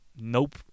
Nope